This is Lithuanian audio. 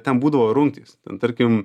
ten būdavo rungtys tarkim